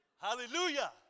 Hallelujah